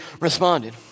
responded